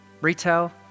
retail